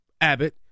Abbott